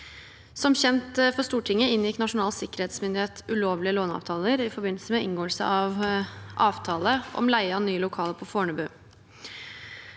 Som kjent for Stortinget inngikk Nasjonal sikkerhetsmyndighet ulovlige låneavtaler i forbindelse med inngåelse av avtale om leie av nye lokaler på Fornebu.